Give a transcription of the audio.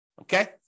Okay